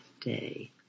Day